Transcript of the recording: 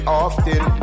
often